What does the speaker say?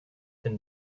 den